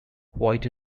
white